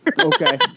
Okay